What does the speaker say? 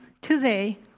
today